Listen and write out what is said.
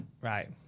Right